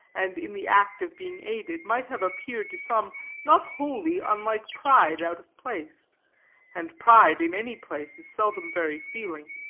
and in the act of being aided, might have appeared to some not wholly unlike pride out of place and pride, in any place, is seldom very feeling.